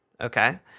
Okay